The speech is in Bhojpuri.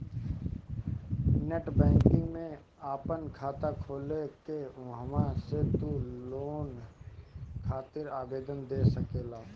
नेट बैंकिंग में आपन खाता खोल के उहवा से तू लोन खातिर आवेदन दे सकेला